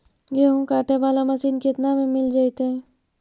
गेहूं काटे बाला मशीन केतना में मिल जइतै?